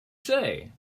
say